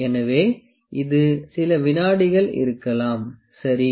எனவே இது சில வினாடிகள் இருக்கலாம் சரி